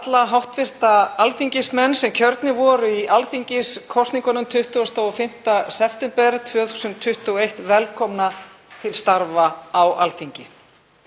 alla hv. alþingismenn sem kjörnir voru í alþingiskosningunum 25. september 2021 velkomna til starfa á Alþingi.